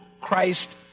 Christ